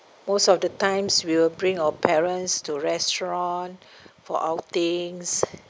most of the times we'll bring our parents to restaurant for outings